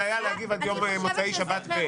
והיה להגיב עד מוצאי שבת.